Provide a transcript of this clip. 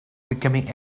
becoming